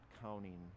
counting